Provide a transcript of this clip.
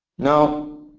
now,